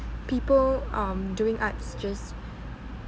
people um doing arts just